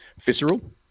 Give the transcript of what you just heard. Visceral